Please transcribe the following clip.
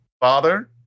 father